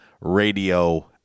Radio